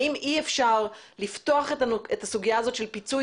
האם אי אפשר לפתוח את הסוגיה הזאת של פיצוי